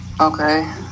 Okay